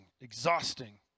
exhausting